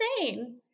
insane